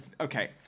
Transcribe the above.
okay